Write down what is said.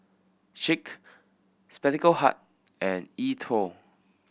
Schick Spectacle Hut and E Twow